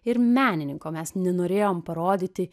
ir menininko mes nenorėjom parodyti